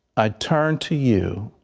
i turn to you